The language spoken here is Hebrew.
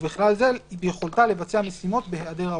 ובכלל זה יכולתה לבצע משימות בהיעדר העובד.